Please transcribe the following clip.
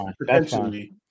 potentially